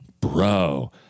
bro